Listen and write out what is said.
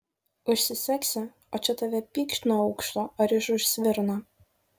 užsisegsi o čia tave pykšt nuo aukšto ar iš už svirno